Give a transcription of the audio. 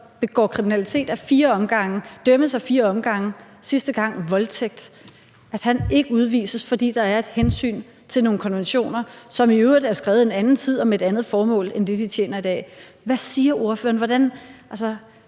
begår kriminalitet fire gange, dømmes fire gange, sidste gang for voldtægt, ikke udvises, fordi der er et hensyn til nogle konventioner, som i øvrigt er skrevet i en anden tid og med et andet formål end det, de tjener i dag? Hvad siger ordføreren? Hvordan